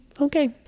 okay